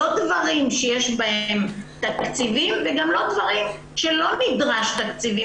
לא דברים שיש בהם תקציבים וגם לא דברים שלא נדרש תקציבים.